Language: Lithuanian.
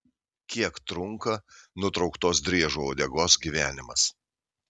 kiek trunka nutrauktos driežo uodegos gyvenimas